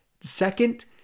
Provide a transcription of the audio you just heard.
Second